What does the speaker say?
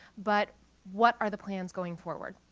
but what are the plans going forward?